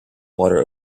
water